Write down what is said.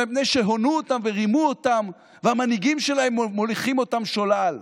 אלא מפני שהונו אותם ורימו אותם והמנהיגים שלהם מוליכים אותם שולל.